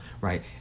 right